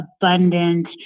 abundant